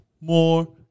more